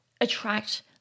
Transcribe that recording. attract